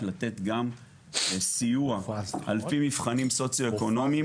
לתת גם סיוע על פי מבחנים סוציו אקונומיים.